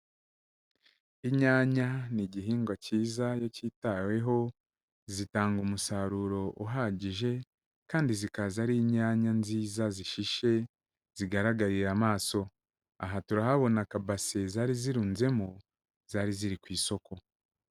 Inyanya ni igihingwa cyiza iyo kitaweho, zitanga umusaruro uhagije kandi zikaza ari inyanya nziza zishishe zigaragarira amaso. Aha turahabona akabase zari zirunzemo, zari ziri ku isoko.